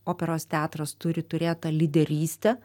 operos teatras turi turėt tą lyderystę